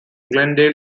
glendale